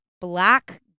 Black